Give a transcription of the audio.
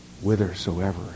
Whithersoever